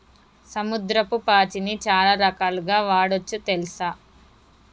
సముద్రపు పాచిని చాలా రకాలుగ వాడొచ్చు తెల్సా